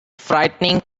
frightening